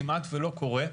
כמעט ולא קורה.